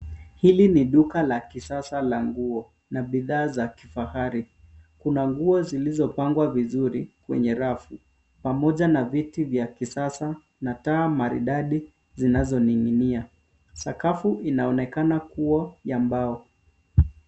Hili ni duka la kisasa la nguo na bidhaa za kifahari. Kuna nguo zilizopangwa vizuri kwenye rafu pamoja na viti vya kisasa na taa maridadi zinazoning'inia. Sakafu inaonekana kuwa ya mbao.